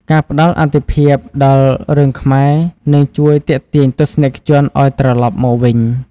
ការផ្តល់អាទិភាពដល់រឿងខ្មែរនឹងជួយទាក់ទាញទស្សនិកជនឲ្យត្រឡប់មកវិញ។